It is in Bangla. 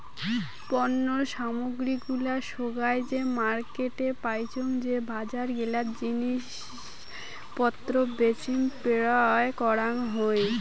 পণ্য সামগ্রী গুলা সোগায় যে মার্কেটে পাইচুঙ যে বজার গিলাতে জিনিস পত্র বেচিম পেরোয় করাং হই